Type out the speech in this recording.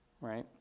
right